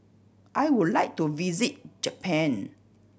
I would like to visit Japan